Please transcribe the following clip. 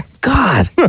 God